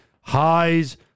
Highs